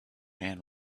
and